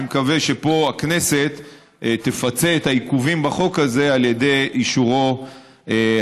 אני מקווה שפה הכנסת תפצה על העיכובים בחוק הזה על ידי אישורו המהיר.